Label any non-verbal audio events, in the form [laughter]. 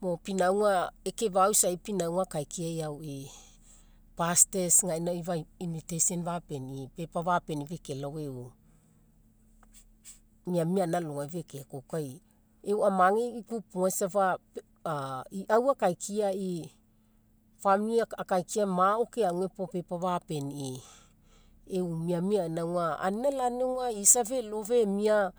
Mo pinauga ekeefa'au isai pinauga akaikiai auii, pastors gainai paper fapenii invitation fapenii paper fapenii fekelao e'u miamia gaina alogai fekekoko, e'u amage ikupuga safa [hesitation] iau akaikiaii famili mao keague puo paper fapenii. E'u miamia gaina auga, anina lani isa felo femia